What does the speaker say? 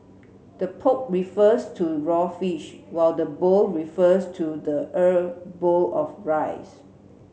the poke refers to raw fish while the bowl refers to the er bowl of rice